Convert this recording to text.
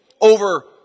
over